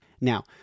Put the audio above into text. Now